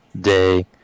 day